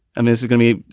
um is it gonna be.